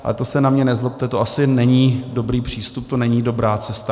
Ale to se na mě nezlobte, to asi není dobrý přístup, to není dobrá cesta.